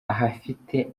ahafite